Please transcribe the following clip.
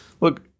Look